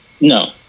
No